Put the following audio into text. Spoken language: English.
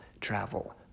Travel